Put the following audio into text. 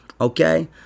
Okay